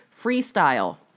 Freestyle